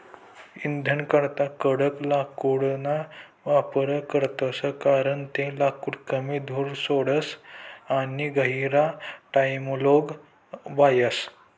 इंधनकरता कडक लाकूडना वापर करतस कारण ते लाकूड कमी धूर सोडस आणि गहिरा टाइमलोग बयस